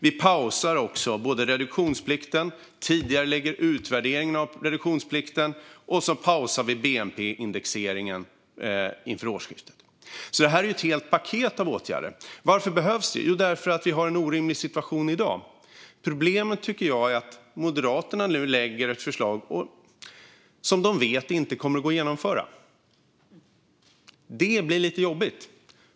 Vidare pausar vi reduktionsplikten, tidigarelägger utvärderingen av reduktionsplikten och pausar bnp-indexeringen inför årsskiftet. Det här är ett helt paket av åtgärder. Varför behövs de? Jo, därför att vi har en orimlig situation i dag. Problemet tycker jag är att Moderaterna nu lägger fram ett förslag som de vet inte kommer att gå att genomföra. Det är lite jobbigt.